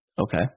Okay